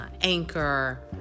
Anchor